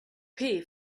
pay